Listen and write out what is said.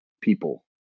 people